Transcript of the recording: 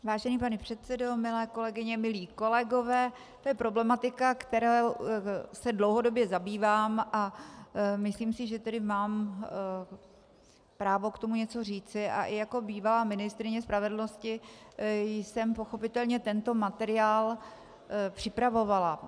Vážený pane předsedo, milé kolegyně, milí kolegové, to je problematika, kterou se dlouhodobě zabývám, a myslím si tedy, že mám právo k tomu něco říci, a i jako bývalá ministryně spravedlnosti jsem pochopitelně tento materiál připravovala.